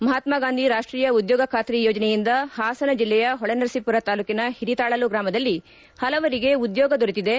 ಮಹಾತ್ಮಗಾಂಧೀ ರಾಷ್ಟೀಯ ಉದ್ಯೋಗ ಖಾತರಿ ಯೋಜನೆಯಿಂದ ಹಾಸನ ಜಿಲ್ಲೆಯ ಹೊಳೆನರಸೀಮರ ತಾಲೂಕಿನ ಹಿರಿತಾಳಲು ಗ್ರಾಮದಲ್ಲಿ ಪಲವರಿಗೆ ಉದ್ಯೋಗ ದೊರೆತಿದೆ